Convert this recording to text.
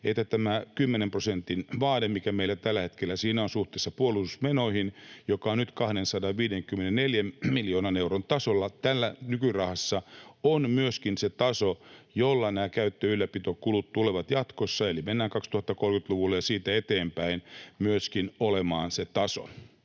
että tämä 10 prosentin vaade, mikä meillä tällä hetkellä siinä on suhteessa puolustusmenoihin, joka on nyt 254 miljoonan euron tasolla nykyrahassa, on myöskin se taso, jolla nämä käyttö- ja ylläpitokulut tulevat jatkossa, eli mennään 2030‑luvulle ja siitä eteenpäin, myöskin olemaan. Tässä